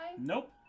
Nope